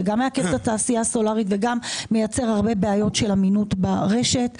דבר שגם מעכב את התעשייה הסולרית וגם מייצר הרבה בעיות של אמינות ברשת.